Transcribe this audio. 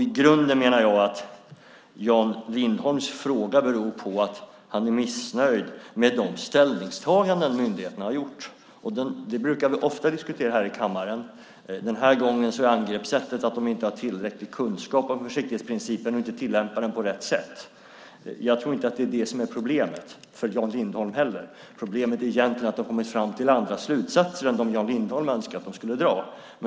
Jag menar att Jan Lindholms fråga i grunden beror på att han är missnöjd med de ställningstaganden myndigheterna har gjort. Det brukar vi ofta diskutera här i kammaren. Den här gången är angreppssättet att de inte har tillräcklig kunskap om försiktighetsprincipen och inte tillämpar den på rätt sätt. Jag tror inte att det är problemet för Jan Lindholm. Problemet är egentligen att de har kommit fram till andra slutsatser än dem som Jan Lindholm önskat.